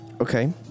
Okay